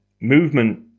movement